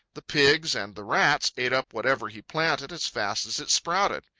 the pigs and the rats ate up whatever he planted as fast as it sprouted.